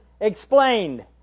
explained